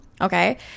Okay